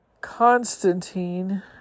Constantine